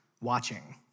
watching